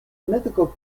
mythical